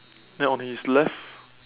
then on his left